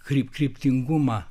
kaip kryptingumą